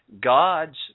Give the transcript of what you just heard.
God's